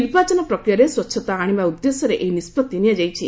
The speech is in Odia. ନିର୍ବାଚନ ପ୍ରକ୍ରିୟାରେ ସ୍ୱଚ୍ଚତା ଆଣିବା ଉଦ୍ଦେଶ୍ୟରେ ଏହି ନିଷ୍ପଭି ନିଆଯାଇଛି